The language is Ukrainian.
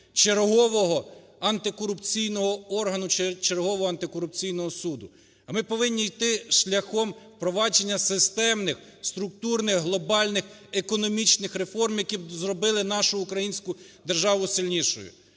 чергового антикорупційного органу чи чергового антикорупційного суду, а ми повинні йти шляхом впровадження системних, структурних, глобальних, економічних реформ, які б зробили нашу українську державу сильнішою.